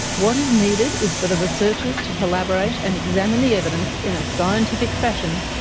what is needed is for the researchers to collaborate and examine the evidence in a scientific fashion,